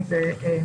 אם זה משמעותי.